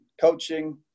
coaching